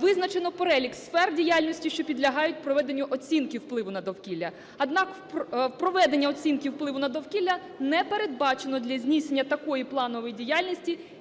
визначено перелік сфер діяльності, що підлягають проведенню оцінки впливу на довкілля. Однак, в проведенні оцінки впливу на довкілля не передбачено для здійснення такої планової діяльності